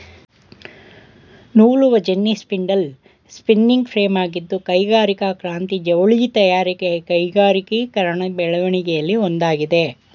ನೂಲುವಜೆನ್ನಿ spindle spinning ಫ್ರೇಮಾಗಿದ್ದು ಕೈಗಾರಿಕಾ ಕ್ರಾಂತಿ ಜವಳಿ ತಯಾರಿಕೆಯ ಕೈಗಾರಿಕೀಕರಣ ಬೆಳವಣಿಗೆಲಿ ಒಂದಾಗಿದೆ